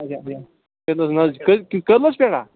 اچھا اَچھا قٔدلس پٮ۪ٹھا